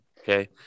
okay